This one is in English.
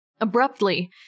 Abruptly